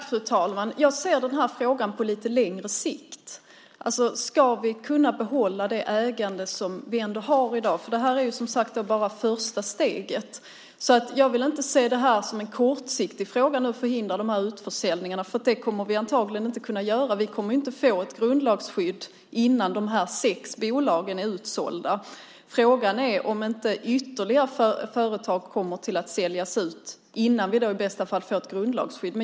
Fru talman! Jag ser den här frågan på lite längre sikt. Ska vi kunna behålla det ägande som vi ändå har i dag? Det här är som sagt bara första steget. Jag vill inte se det som en kortsiktig fråga att förhindra de här utförsäljningarna, för det kommer vi antagligen inte att kunna göra. Vi kommer inte att få ett grundlagsskydd innan de här sex bolagen är utsålda. Frågan är om ytterligare företag kommer att säljas ut innan vi i bästa fall får ett grundlagsskydd.